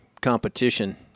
competition